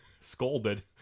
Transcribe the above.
scolded